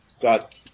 got